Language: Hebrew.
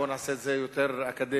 בואו נעשה את זה יותר אקדמי,